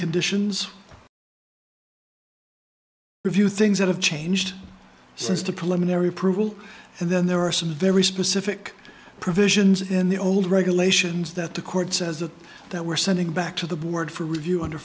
conditions review things that have changed since to preliminary approval and then there are some very specific provisions in the old regulations that the court says that that we're sending back to the board for review under